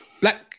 Black